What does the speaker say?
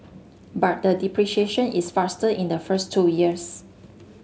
but the depreciation is faster in the first two years